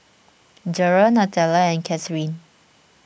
Durrell Natalia and Katheryn